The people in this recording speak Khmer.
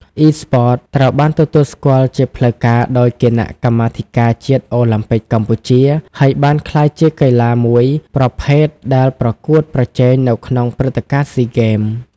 អុីស្ព័ត ត្រូវបានទទួលស្គាល់ជាផ្លូវការដោយ គណៈកម្មាធិការជាតិអូឡាំពិកកម្ពុជា ហើយបានក្លាយជាកីឡាមួយប្រភេទដែលប្រកួតប្រជែងនៅក្នុងព្រឹត្តិការណ៍ ស៊ីហ្គេម។